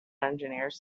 engineers